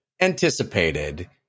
Anticipated